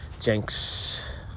Jenks